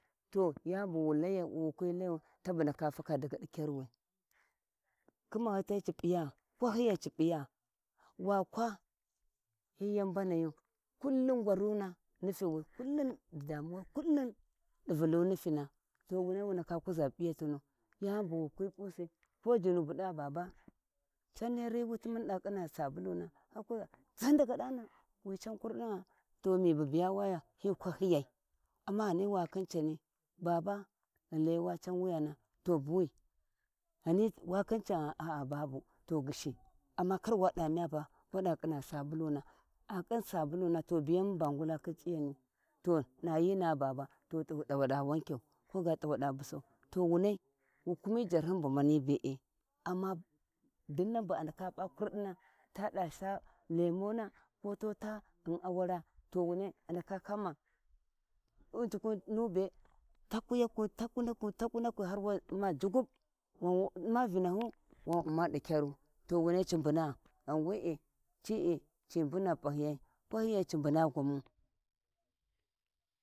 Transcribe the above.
To yani bu layi wu kwi kayan taba ndaka faka di kyadiwi daga di kyarwi to khimahiyi a p'iya kwahiyai ci p'iya wa kwa hi yau mbanayu, kullum ngwarun nifiwi kullum danuwai kullum di Vulu aifiyina, to wu nai wu ndaka kuʒa p'iyatinu yani bawu kwi p'usi ko jinnu bu dava baba can neri wuti munda ƙina sabuluna, wa kuʒa ʒan daga dana wican kurdigha ta miba biya waya hi kwahi yai, amma ghai wathi cani baba ghi Layi wa can wuyana to buwi ghani wa khin can gha aa to ghishi to amma kar wa da may pa wada kinna sabuluna, a ƙin sabuluna to biyan muun ba naha khin c'iyani mayina baba to t'u awada wakyan koga t'u dawada busau to wu nai wu kumi jashiu bumbani bee, ammina dinnan bu a ndaka p'a kurdima ta da sai cemona ku taa awara to wanai uma to takuna-takunak har wa umm har hat wo uma jigub wan wa umma virnahu wai uma di kyaru to wani ci mbuna han goh e ci'e cibuna faye kwaye ci mbuna gwamu.